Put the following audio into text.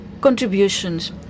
contributions